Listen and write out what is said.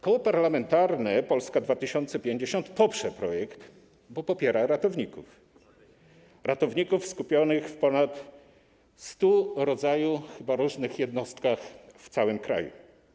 Koło Parlamentarne Polska 2050 poprze projekt, bo popiera ratowników, ratowników skupionych w ponad 100 chyba rodzajach różnych jednostek w całym kraju.